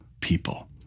people